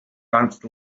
danced